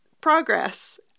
progress